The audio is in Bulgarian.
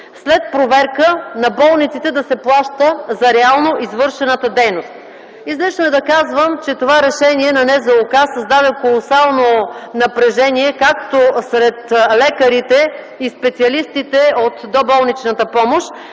след проверка на болниците да се плаща за реално извършената дейност. Излишно е да казвам, че това решение на НЗОК създаде колосално напрежение както сред лекарите и специалистите от доболничната помощ,